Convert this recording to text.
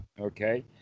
Okay